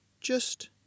Just